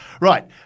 Right